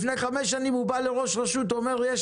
לפני 5 שנים הוא בא לראש רשות ואמר: יש